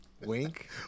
Wink